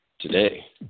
Today